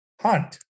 hunt